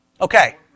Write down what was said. Okay